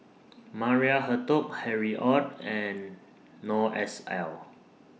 Maria Hertogh Harry ORD and Noor S L